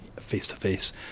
face-to-face